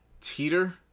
teeter